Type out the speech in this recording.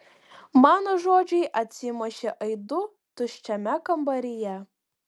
mano žodžiai atsimušė aidu tuščiame kambaryje